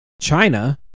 China